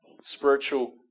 spiritual